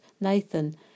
Nathan